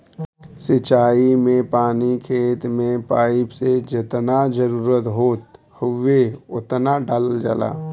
सिंचाई में पानी खेत में पाइप से जेतना जरुरत होत हउवे ओतना डालल जाला